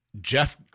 Jeff